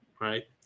right